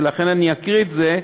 ולכן אני אקריא את זה,